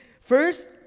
First